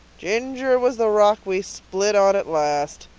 ginger was the rock we split on at last.